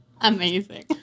Amazing